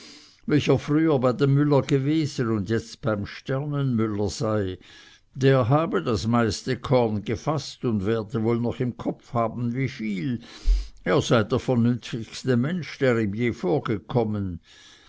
welcher früher bei dem müller gewesen und jetzt beim sternenmüller sei der habe das meiste korn gefaßt und werde wohl noch im kopfe haben wieviel es sei der vernünftigste mensch der ihm je vorgekommen